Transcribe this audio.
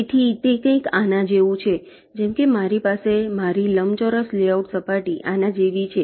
તેથી તે કંઈક આના જેવું છે જેમ કે મારી પાસે મારી લંબચોરસ લેઆઉટ સપાટી આના જેવી છે